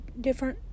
different